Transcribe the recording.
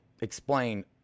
explain